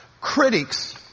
Critics